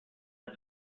had